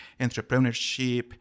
entrepreneurship